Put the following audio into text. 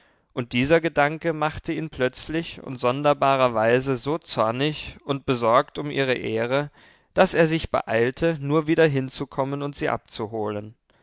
und dieser gedanke machte ihn plötzlich und sonderbarerweise so zornig und besorgt um ihre ehre daß er sich beeilte nur wieder hinzukommen und sie abzuholen